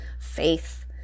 faith